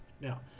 Now